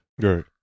Right